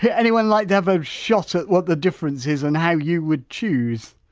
but anyone like to have a shot at what the difference is and how you would choose.